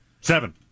Seven